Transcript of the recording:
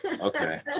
Okay